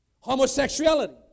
Homosexuality